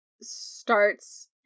starts